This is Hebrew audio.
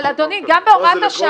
אבל, אדוני, גם בהוראת השעה